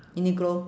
uniqlo